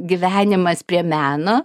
gyvenimas prie meno